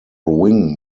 wing